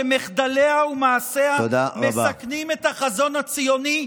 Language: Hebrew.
שמחדליה ומעשיה מסכנים את החזון הציוני.